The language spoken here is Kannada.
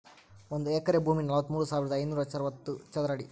ಒಂದು ಎಕರೆ ಭೂಮಿ ನಲವತ್ಮೂರು ಸಾವಿರದ ಐನೂರ ಅರವತ್ತು ಚದರ ಅಡಿ